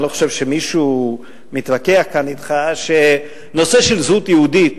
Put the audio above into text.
ואני לא חושב שמישהו מתווכח כאן אתך שהנושא של זהות יהודית